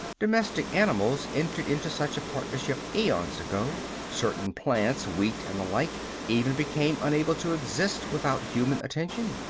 domestic animals entered into such a partnership aeons ago. certain plants wheat and the like even became unable to exist without human attention.